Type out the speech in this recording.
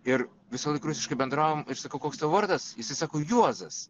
ir visąlaik rusiškai bendravom ir sakau koks tavo vardas jisai sako juozas